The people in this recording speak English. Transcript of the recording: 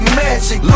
magic